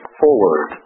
forward